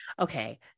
Okay